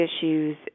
issues